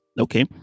Okay